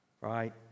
Right